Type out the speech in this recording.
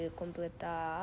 completar